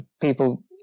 people